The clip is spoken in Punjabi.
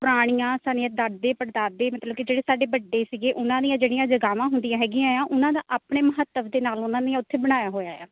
ਪੁਰਾਣੀਆਂ ਸਾਡੀਆਂ ਦਾਦੇ ਪੜ੍ਹਦਾਦੇ ਮਤਲਬ ਕਿ ਜਿਹੜੇ ਸਾਡੇ ਵੱਡੇ ਸੀਗੇ ਉਹਨਾਂ ਦੀਆਂ ਜਿਹੜੀਆਂ ਜਗ੍ਹਾਵਾਂ ਹੁੰਦੀਆਂ ਹੈਗੀਆਂ ਆ ਉਹਨਾਂ ਦਾ ਆਪਣੇ ਮਹੱਤਵ ਦੇ ਨਾਲ ਉਹਨਾਂ ਦੀਆਂ ਉੱਥੇ ਬਣਾਇਆ ਹੋਇਆ ਆ